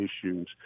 issues